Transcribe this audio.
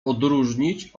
odróżnić